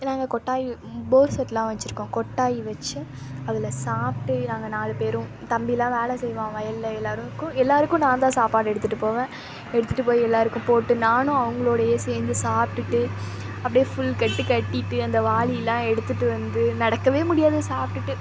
ஏன்னால் அங்கே கொட்டாய் போர் செட்டெலாம் வச்சுருக்கோம் கொட்டாய் வச்சு அதில் சாப்பிட்டு நாங்கள் நாலு பேரும் தம்பியெலாம் வேலை செய்வான் வயலில் எல்லோருக்கும் எல்லோருக்கும் நான் தான் சாப்பாடு எடுத்துகிட்டு போவேன் எடுத்துகிட்டு போய் எல்லோருக்கும் போட்டு நானும் அவங்களோடையே சேர்ந்து சாப்ட்டுவிட்டு அப்டியே ஃபுல் கட்டு கட்டிட்டு அந்த வாளிலாம் எடுத்துட்டு வந்து நடக்கவே முடியாது சாப்டுட்டு